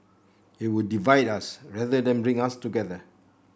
it would divide us rather than bring us together